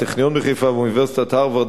הטכניון בחיפה ואוניברסיטת הרווארד,